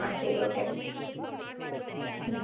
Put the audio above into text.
ஆ சரி okay ma'am ம்